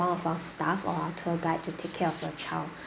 one of our staff or our tour guide to take care of your child